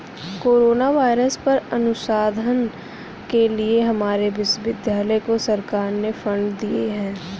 corona virus पर अनुसंधान के लिए हमारे विश्वविद्यालय को सरकार ने फंडस दिए हैं